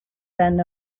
ben